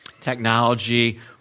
technology